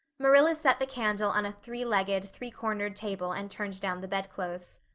marilla set the candle on a three-legged, three-cornered table and turned down the bedclothes.